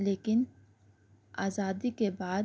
لیکن آزادی کے بعد